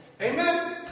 Amen